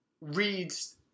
reads